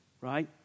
right